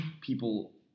people